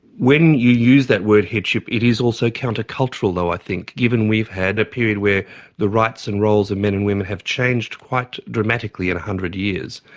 when you use that word, headship, it is also counter-cultural though i think, given we've had a period where the rights and roles of men and women have changed quite dramatically in a hundred years.